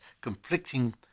conflicting